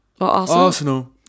Arsenal